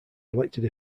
elected